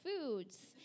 foods